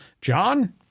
John